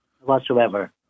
whatsoever